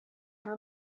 her